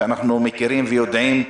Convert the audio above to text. ואנחנו מכירים ויודעים,